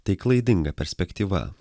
tai klaidinga perspektyva